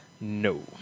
No